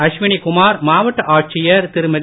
அஸ்வினி குமார் மாவட்ட ஆட்சியர் திருமதி